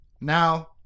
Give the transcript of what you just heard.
now